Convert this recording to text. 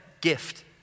gift